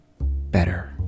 better